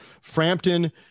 Frampton